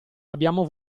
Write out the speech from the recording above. abbiamo